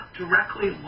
directly